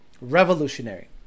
revolutionary